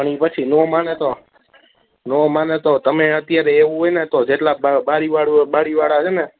પણ ઈ પછી નો મને તો નો માણે તો તમે અત્યારે એવું હોયને તો અત્યારે જેટલા બારી વાળા છે ને